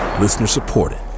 Listener-supported